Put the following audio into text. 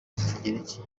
rw’ikigereki